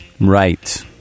Right